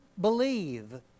believe